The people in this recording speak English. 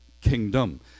kingdom